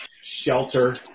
shelter